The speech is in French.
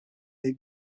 les